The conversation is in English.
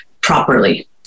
properly